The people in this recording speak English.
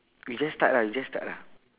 we just start lah we just start lah